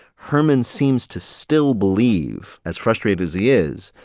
herman seems to still believe, as frustrated as he is,